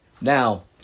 Now